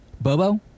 Bobo